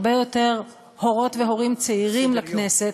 הרבה יותר הורות והורים צעירים לכנסת,